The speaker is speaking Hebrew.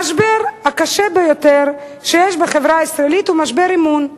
המשבר הקשה ביותר שיש בחברה הישראלית הוא משבר אמון.